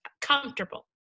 comfortable